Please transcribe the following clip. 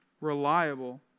reliable